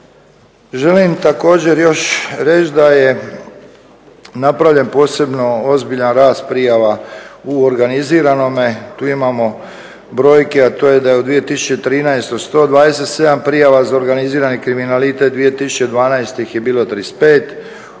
Želim također reći još da je napravljen poseban ozbiljan rast prijava u organiziranome, t imamo brojke a to je da je u 2013. 127 prijava za organizirani kriminalitet, 2012. Ih je bilo 35,